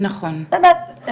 באמת,